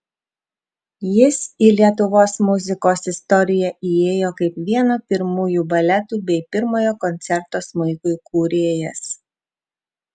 jis į lietuvos muzikos istoriją įėjo kaip vieno pirmųjų baletų bei pirmojo koncerto smuikui kūrėjas